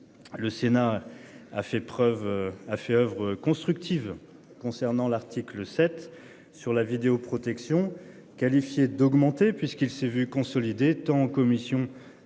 preuve a fait oeuvre constructive. Concernant l'article 7 sur la vidéoprotection qualifié d'augmenter puisqu'il s'est vu consolidé tant en commission